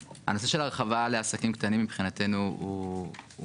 והעסקים הקטנים לא יחויבו להעביר את ההיטל לחשבון השקיות שבקרן